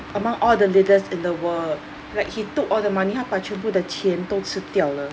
among all the leaders in the world like he took all the money 他把全部的钱都吃掉了